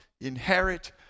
inherit